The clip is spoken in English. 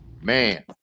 man